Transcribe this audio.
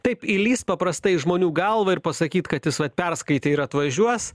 taip įlįst paprastai į žmonių galvą ir pasakyt kad jis va perskaitė ir atvažiuos